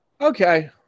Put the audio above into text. Okay